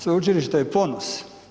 Sveučilište je ponos.